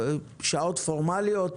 שעות פורמליות,